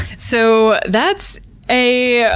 so that's a, ah